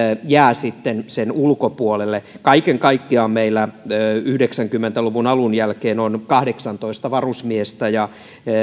jää sitten sen ulkopuolelle kaiken kaikkiaan meillä yhdeksänkymmentä luvun alun jälkeen on kahdeksantoista varusmiestä ja